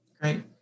Great